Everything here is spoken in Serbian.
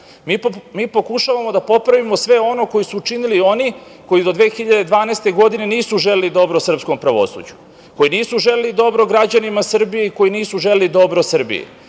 pokušavamo da popravimo sve ono što su učinili oni koji do 2012. godine nisu želeli dobro srpskom pravosuđu, koji nisu želeli dobro građanima Srbije i koji nisu želeli dobro Srbiji,